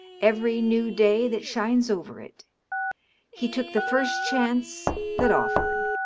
every new day that shines over it he took the first chance that offered.